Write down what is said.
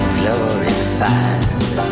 glorified